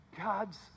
God's